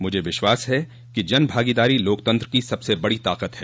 मुझे विश्वास है कि जन भागीदारी लोकतंत्र की सबसे बड़ी ताकत है